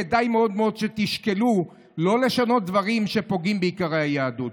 כדאי מאוד מאוד שתשקלו לא לשנות דברים שפוגעים בעיקרי היהדות.